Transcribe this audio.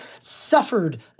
suffered